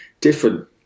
different